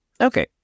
Okay